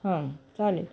हां चालेल